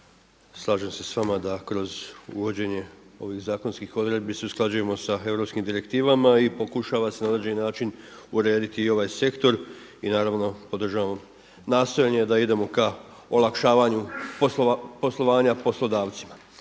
slažem se s vama da kroz uvođenje ovih zakonskih odredbi se usklađujemo sa europskim direktivama i pokušava se na određeni način urediti i ovaj sektor i naravno podržavam nastojanje da idemo k olakšavanju poslovanja poslodavcima,